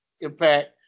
Impact